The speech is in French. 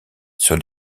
sur